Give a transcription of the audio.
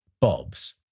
Bob's